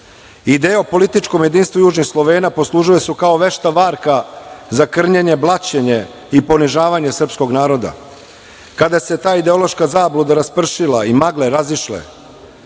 dobro. Ideje o političkom jedinstvu Južnih Slovena poslužile su kao vešta varka za krnjenje, blaćenje i ponižavanje srpskog naroda. Kada se ta ideološka zabluda završila i magle razišle